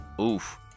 Oof